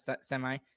semi